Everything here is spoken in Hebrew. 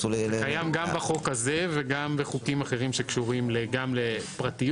זה קיים גם בחוק הזה וגם בחוקים אחרים שקשורים גם לפרטיות.